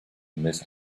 miss